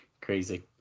Crazy